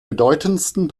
bedeutendsten